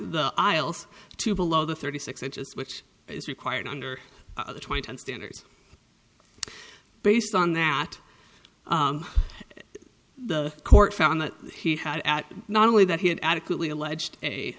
aisles to below the thirty six inches which is required under twenty ten standards based on that the court found that he had at not only that he had adequately alleged a